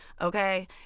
okay